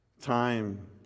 Time